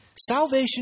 Salvation